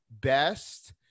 best